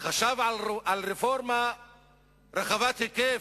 הוא חשב על רפורמה רחבת היקף,